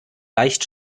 leicht